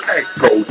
echo